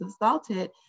assaulted